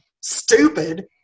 stupid